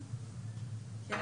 אני